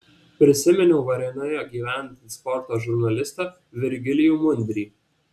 prisiminiau varėnoje gyvenantį sporto žurnalistą virgilijų mundrį